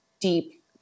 deep